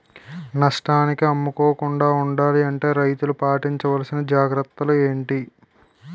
నష్టానికి అమ్ముకోకుండా ఉండాలి అంటే రైతులు పాటించవలిసిన జాగ్రత్తలు ఏంటి